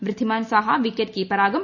Wriddhiman Saha wicket കീപ്പറാകും